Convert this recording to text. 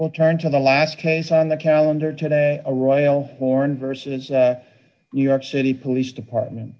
well turn to the last case on the calendar today a royal horn versus new york city police department